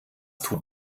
tut